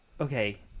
Okay